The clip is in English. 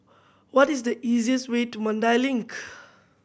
what is the easiest way to Mandai Link